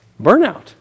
Burnout